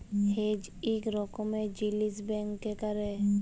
hedge ইক রকমের জিলিস ব্যাংকে ক্যরে